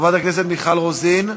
חברת הכנסת מיכל רוזין,